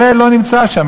זה לא נמצא שם.